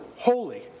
holy